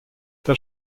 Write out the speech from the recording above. der